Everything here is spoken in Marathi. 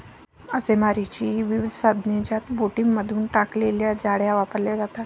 मासेमारीची विविध साधने ज्यात बोटींमधून टाकलेल्या जाळ्या वापरल्या जातात